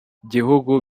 gihugu